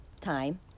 time